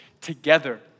together